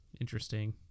interesting